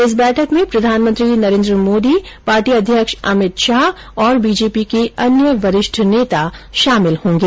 इस बैठक में प्रधानमंत्री नरेन्द्र मोदी पार्टी अध्यक्ष अमित शाह और बीजेपी के अन्य वरिष्ठ नेता शामिल होंगे